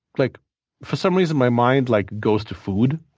like for some reason, my mind like goes to food.